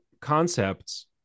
concepts